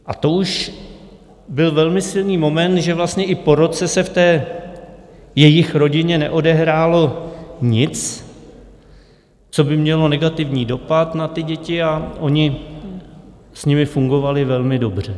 A to už byl velmi silný moment, že vlastně i po roce se v té jejich rodině neodehrálo nic, co by mělo negativní dopad na ty děti, a oni s nimi fungovali velmi dobře.